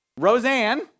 Roseanne